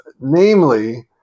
namely